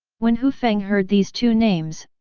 when hu feng heard these two names,